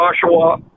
Joshua